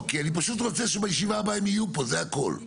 אני פשוט רוצה שבישיבה הבאה הם יהיו פה, זה הכול.